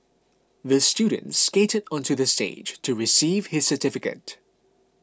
the student skated onto the stage to receive his certificate